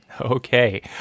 Okay